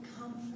comfort